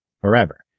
forever